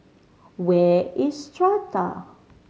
where is Strata